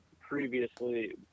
previously